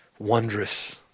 wondrous